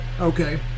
okay